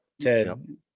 Ted